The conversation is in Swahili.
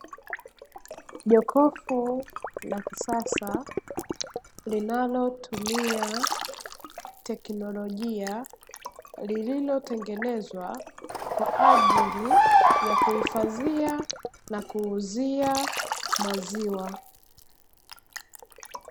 Jokofu la kisasa linalotumia teknolojia, lililotengenezwa kwa ajili ya kuhifadhia na kuuzia maziwa.